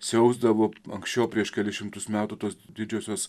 siausdavo anksčiau prieš kelis šimtus metų tos didžiosios